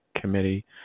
committee